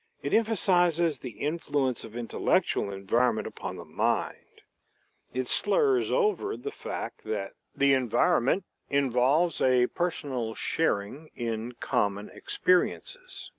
it emphasizes the influence of intellectual environment upon the mind it slurs over the fact that the environment involves a personal sharing in common experiences.